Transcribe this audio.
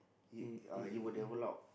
he uh he will develop